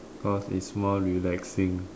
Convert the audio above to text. because it's more relaxing